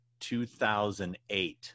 2008